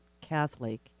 Catholic